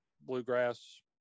bluegrass